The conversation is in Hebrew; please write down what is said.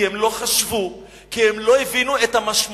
כי הם לא חשבו, כי הם לא הבינו את המשמעויות.